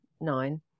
nine